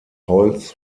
holz